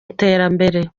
iterambere